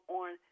on